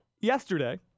yesterday